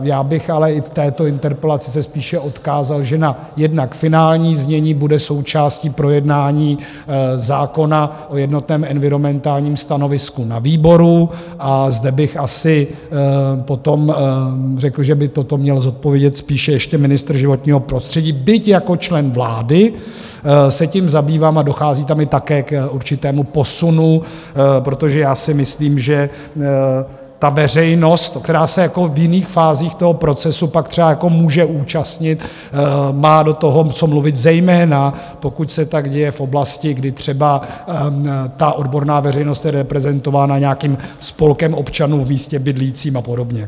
Já bych ale i v této interpelaci se spíše odkázal, že jednak finální znění bude součástí projednání zákona o jednotném environmentálním stanovisku na výboru, a zde bych asi potom řekl, že by toto měl zodpovědět spíše ještě ministr životního prostředí, byť jako člen vlády se tím zabývám a dochází tam i také k určitému posunu, protože si myslím, že veřejnost, která se v jiných fázích toho procesu pak třeba může účastnit, má do toho co mluvit, zejména pokud se tak děje v oblasti, kdy třeba ta odborná veřejnost je reprezentována nějakým spolkem občanů v místě bydlícím a podobně.